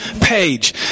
page